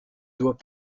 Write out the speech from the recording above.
doit